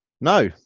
No